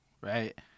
right